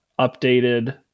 Updated